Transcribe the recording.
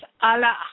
Allah